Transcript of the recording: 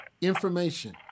information